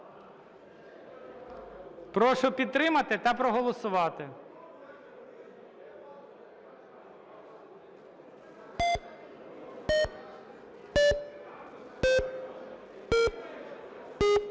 Прошу підтримати та проголосувати.